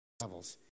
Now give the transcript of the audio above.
levels